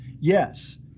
yes